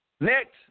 Next